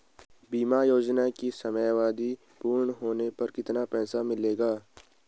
बीमा योजना की समयावधि पूर्ण होने पर कितना पैसा मिलेगा?